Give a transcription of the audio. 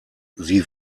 sie